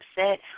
upset